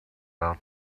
out